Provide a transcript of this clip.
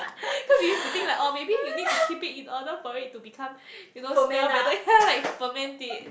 cause we used to think like oh maybe you need to keep it in order for it to become you know smell better ya like ferment it